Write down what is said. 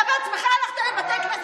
בעזה כבר היו תולים אתכם.